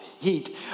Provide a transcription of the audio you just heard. heat